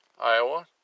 Iowa